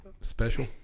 Special